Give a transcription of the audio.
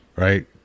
Right